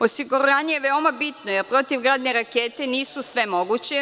Osiguranje je veoma bitno, jer protivgradne rakete nisu svemoguće.